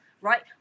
right